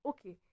Okay